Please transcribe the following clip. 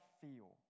feel